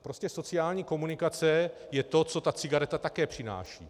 Prostě sociální komunikace je to, co ta cigareta také přináší.